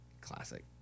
Classic